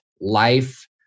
life